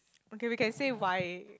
okay we can say why